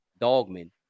dogmen